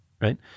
Right